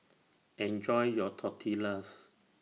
Enjoy your Tortillas